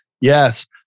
Yes